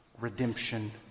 redemption